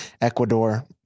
Ecuador